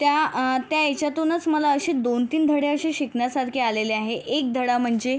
त्या त्या याच्यातूनच मला असे दोन तीन धडे असे शिकण्यासारखे आलेले आहे एक धडा म्हणजे